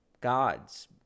gods